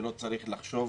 ושלא צריך לחשוב